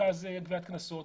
במרכז לגביית קנסות,